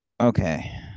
Okay